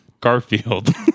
Garfield